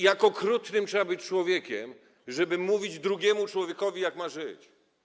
Jak okrutnym trzeba być człowiekiem, żeby mówić drugiemu człowiekowi, jak ma żyć.